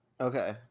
Okay